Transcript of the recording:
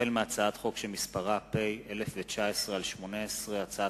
החל בהצעת חוק שמספרה פ/1019/18 וכלה בהצעת